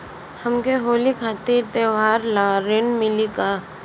हमके होली खातिर त्योहार ला ऋण मिली का?